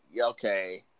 okay